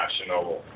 Chernobyl